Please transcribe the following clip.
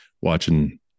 watching